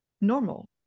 normal